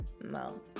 No